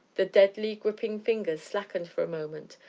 the deadly, gripping fingers slackened for a moment,